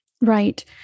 Right